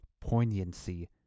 poignancy